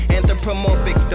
Anthropomorphic